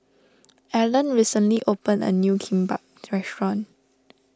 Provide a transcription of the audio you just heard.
Ellen recently open a new Kimbap restaurant